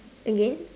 again